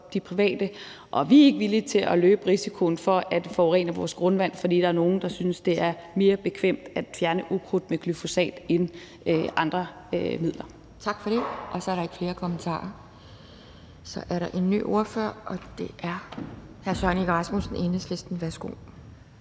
de private. Vi er ikke villige til at løbe risikoen for at forurene vores grundvand, fordi der er nogen, der synes, det er mere bekvemt at fjerne ukrudt med glyfosat end med andre midler. Kl. 12:08 Anden næstformand (Pia Kjærsgaard): Tak for det, så er der ikke flere kommentarer. Så er der en ny ordfører, og det er hr. Søren Egge Rasmussen, Enhedslisten. Værsgo.